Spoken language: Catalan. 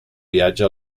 viatge